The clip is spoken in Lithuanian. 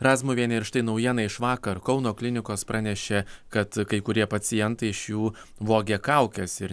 razmuvienė ir štai naujiena iš vakar kauno klinikos pranešė kad kai kurie pacientai iš jų vogė kaukes ir